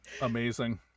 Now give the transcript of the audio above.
amazing